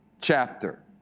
chapter